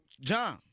John